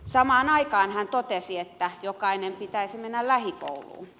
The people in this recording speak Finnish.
samaan aikaan hän totesi että jokaisen pitäisi mennä lähikouluun